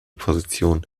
position